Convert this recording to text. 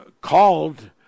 called